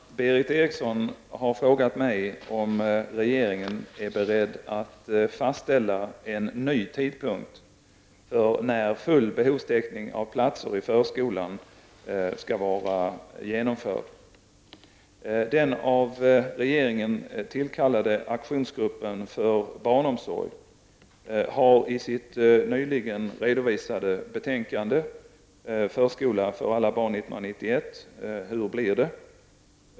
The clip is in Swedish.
Herr talman! Berith Eriksson har frågat mig om regeringen är beredd att fastställa en ny tidpunkt för när full behovstäckning av platser i förskolan skall vara genomförd. Den av regeringen tillkallade aktionsgruppen för barnomsorg har i sitt nyligen redovisade betänkande Förskola för alla barn 1991 -- hur blir det?